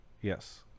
Yes